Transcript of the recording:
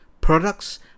products